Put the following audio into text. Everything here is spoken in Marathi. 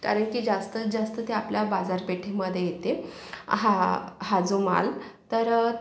कारण की जास्तीत जास्त ते आपल्या बाजारपेठेमध्ये येते हा हा जो माल तर